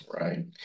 right